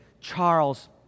Charles